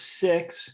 six